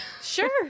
Sure